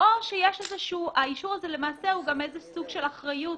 או שהאישור הזה למעשה הוא גם איזה סוג של אחריות